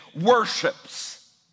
worships